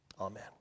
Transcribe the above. Amen